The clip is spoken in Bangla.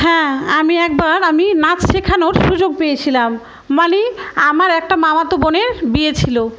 হ্যাঁ আমি একবার আমি নাচ শেখানোর সুযোগ পেয়েছিলাম মানে আমার একটা মামা তো বোনের বিয়ে ছিল